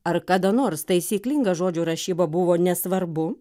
ar kada nors taisyklinga žodžių rašyba buvo nesvarbu